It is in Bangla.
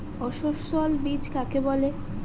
অসস্যল বীজ কাকে বলে?